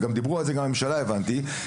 וגם דיברו על זה בממשלה הבנתי,